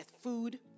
food